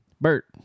bert